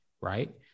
right